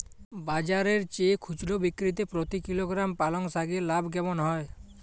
বাজারের চেয়ে খুচরো বিক্রিতে প্রতি কিলোগ্রাম পালং শাকে লাভ কেমন হয়?